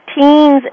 teens